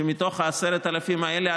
שמתוך ה-10,000 האלה,